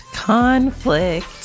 Conflict